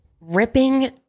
ripping